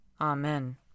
Amen